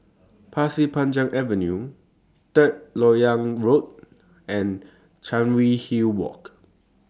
Pasir Panjang Avenue Third Lok Yang Road and Chancery Hill Walk